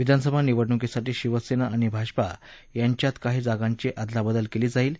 विधानसभा निवडणुकीसाठी शिवसेना आणि भाजपा यांच्यात काही जागांची अदलाबदल केली जाईल